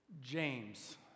James